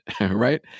Right